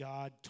God